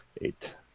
Eight